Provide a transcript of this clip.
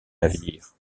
navires